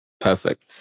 Perfect